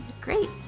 great